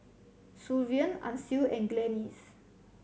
Sullivan Ancil and Glennis